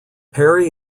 perry